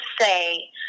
say